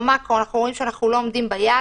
במקרו אנחנו רואים שאנחנו לא עומדים ביעד.